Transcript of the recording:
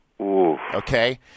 okay